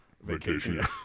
vacation